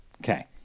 Okay